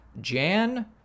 Jan